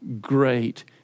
great